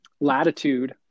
latitude